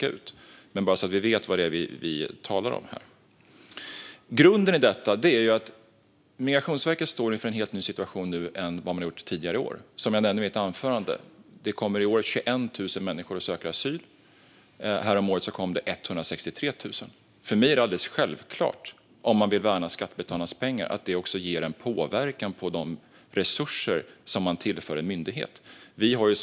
Jag säger detta bara så att vi vet vad vi talar om. Grunden i detta är att Migrationsverket står inför en helt annan situation än vad det har gjort tidigare i år. Som jag sa i mitt anförande kommer i år 21 000 människor att ha sökt asyl. Häromåret kom 163 000. För mig är det alldeles självklart att det också påverkar de resurser man tillför en myndighet, om man vill värna skattebetalarnas pengar.